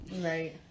Right